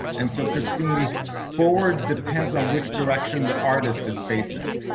and so christine forward depends on which direction the artist is facing.